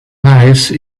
nice